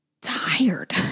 tired